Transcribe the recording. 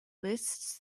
lists